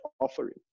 offering